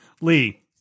Lee